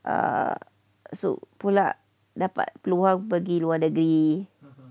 err so pula dapat keluar pergi luar negeri